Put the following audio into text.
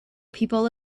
people